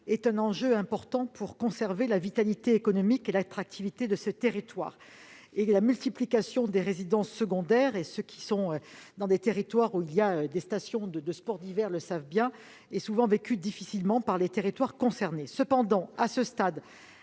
est un enjeu important pour conserver la vitalité économique et l'attractivité de ces territoires. La multiplication des résidences secondaires- tous ceux qui habitent à proximité de stations de sports d'hiver le savent bien -est souvent vécue difficilement par les territoires concernés. Cependant, à ce stade,